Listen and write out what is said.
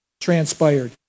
transpired